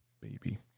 baby